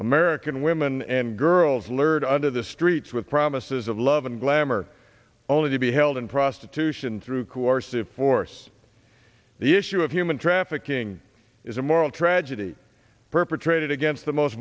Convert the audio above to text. american women and girls lurd under the streets with promises of love and glamour only to be held in prostitution through course of force the issue of human trafficking is a moral tragedy perpetrated against the most